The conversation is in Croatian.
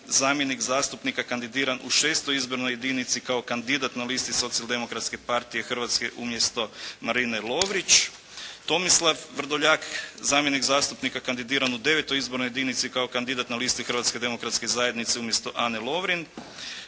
zamjenik zastupnika kandidiran u VI. izbornoj jedinici kao kandidat na listi Socijaldemokratske partije Hrvatske umjesto Marine Lovrić, Tomislav Vrdoljak zamjenik zastupnika kandidiran u IX. izbornoj jedinici kao kandidat na listi Hrvatske demokratske zajednice umjesto Ane Lovrin,